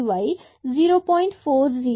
41 எடுத்துக்கொண்டால் நமக்கு dy 0